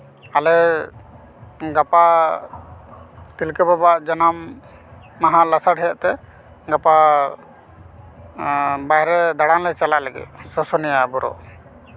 ᱟᱞᱮ ᱜᱟᱯᱟ ᱛᱤᱞᱠᱟᱹ ᱵᱟᱵᱟᱣᱟᱜ ᱡᱟᱱᱟᱢ ᱢᱟᱦᱟ ᱞᱟᱥᱟᱲᱦᱮᱜ ᱛᱮ ᱜᱟᱯᱟ ᱵᱟᱦᱚᱨᱮ ᱫᱟᱬᱟᱱᱞᱮ ᱪᱟᱞᱟᱜ ᱞᱟᱹᱜᱤᱫ ᱥᱩᱥᱩᱱᱤᱭᱟᱹ ᱵᱩᱨᱩ